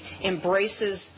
embraces